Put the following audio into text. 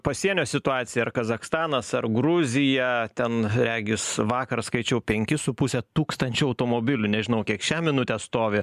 pasienio situaciją ar kazachstanas ar gruzija ten regis vakar skaičiau penki su puse tūkstančio automobilių nežinau kiek šią minutę stovi